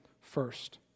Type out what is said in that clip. first